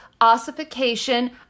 ossification